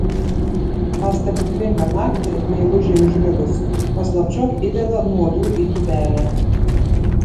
tą stebuklingą naktį meilužei užmigus paslapčiom įdeda nuodų į tūbelę